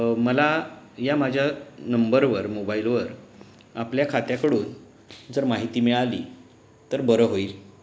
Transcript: मला या माझ्या नंबरवर मोबाईलवर आपल्या खात्याकडून जर माहिती मिळाली तर बरं होईल